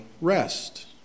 rest